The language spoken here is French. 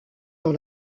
dans